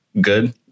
good